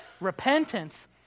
repentance